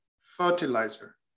fertilizer